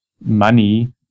money